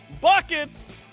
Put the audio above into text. Buckets